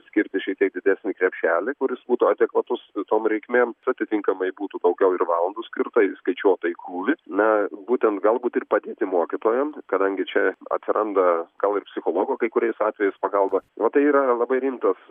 skirti šiek tiek didesnį krepšelį kuris būtų adekvatus tom reikmėms atitinkamai būtų daugiau ir valandų skirta ir įskaičiuota į krūvį būtent galbūt ir padėti mokytojam kadangi čia atsiranda gal ir psichologo kai kuriais atvejais pagalba o tai yra labai rimtas